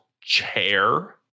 Chair